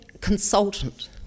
consultant